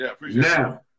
Now